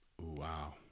Wow